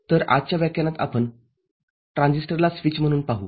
तरआजच्या व्याख्यानात आपण ट्रांझिस्टरला स्विच म्हणून पाहू